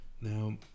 Now